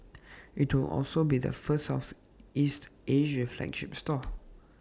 IT will also be the first Southeast Asia flagship store